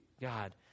God